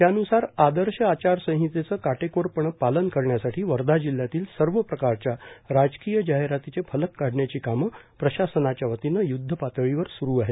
त्यान्सार आदर्श आचारसंहितेचं काटेकोरपणं पालन करण्यासाठी वर्धा जिल्हयातील सर्व प्रकारच्या राजकीय जाहिरातीचे फलक काढण्याची कामं प्रशासनाच्या वतीनं य्द्धपातळीवर स्रु आहेत